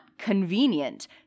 convenient